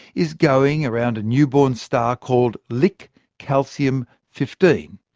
is going around a newborn star called lick calcium fifteen,